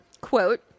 Quote